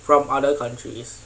from other countries